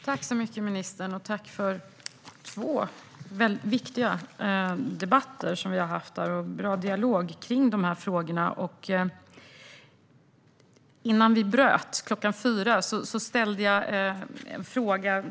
Herr talman! Jag vill tacka ministern för två väldigt viktiga debatter, där vi har haft en bra dialog i dessa frågor. Innan debatten ajournerades ställde jag en fråga.